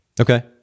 Okay